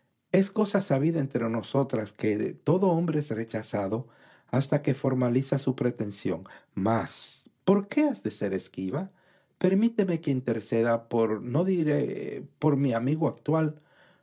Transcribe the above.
es cosa sabida entre nosotras que todo hombre es rechazado hasta que formaliza su pretensión mas por qué has ele ser esquiva permíteme que interceda por no diré por mi amigo actual